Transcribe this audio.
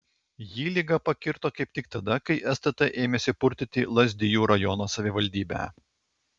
jį liga pakirto kaip tik tada kai stt ėmėsi purtyti lazdijų rajono savivaldybę